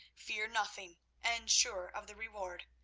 fearing nothing and sure of the reward,